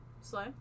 Slow